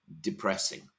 depressing